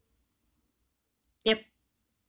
yup